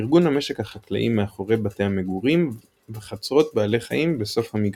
ארגון המשק החקלאי מאחורי בתי המגורים וחצרות בעלי חיים בסוף המגרש.